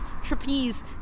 trapeze